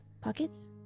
Pockets